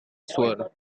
swirl